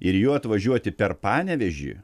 ir juo atvažiuoti per panevėžį